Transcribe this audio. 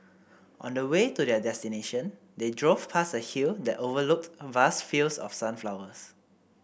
on the way to their destination they drove past a hill that overlooked vast fields of sunflowers